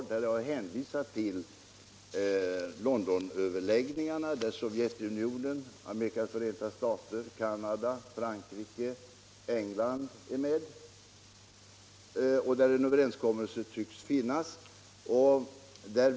Jag har i det sammanhanget hänvisat till Londonöverläggningarna där Sovjetunionen, Amerikas Förenta stater, Canada, Frankrike och England är med och där en överenskommelse tycks föreligga.